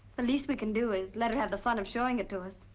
the least we can do is let her have the fun of showing it to us.